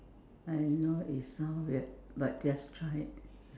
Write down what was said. I know it sounds weird but just try it